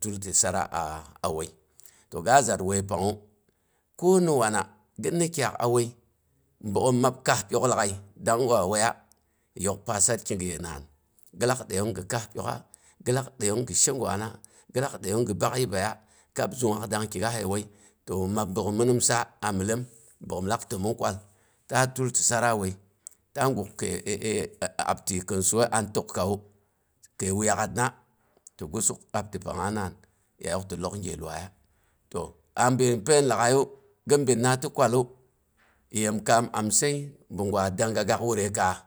tilan ti tsara a wai. Toga zat wai pangnga, koni wana ginna kyaak a wai. Bogghom mab kaas pyok lag'ai dang gwa waiya, mi you pasarki giye naan, gilak dəiyong gi kaas pyok'a, gilan dəiyong gi she gwaana. gi lak dəiyong gi bak yibəiya, kab zungngaak dang kigasse wai. To mi mab bogghom mi nimga a mdom, bogghom lak təmong kwal. Ta tal ti sarawai, ta guk kəi abti kin sii an tək'kawu kəi wuyak'atna, ti gusuk abti pangnga naan. yati lok gye luaiya. To abin pain lag'aiya, gibinna ti kwalu, yemkaam amsai, bung gwa danga- giak wurai kaas.